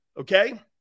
Okay